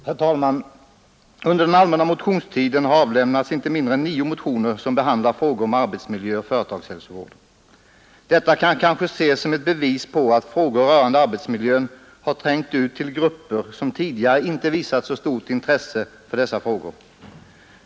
Herr talman! Under den allmänna motionstiden avlämnades inte mindre än nio motioner som behandlar frågor om arbetsmiljö och företagshälsovård. Detta kanske kan ses som ett bevis för att frågor som rör arbetsmiljön nu har trängt ut till grupper som tidigare inte har visat så stort intresse för dem.